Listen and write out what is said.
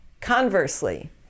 Conversely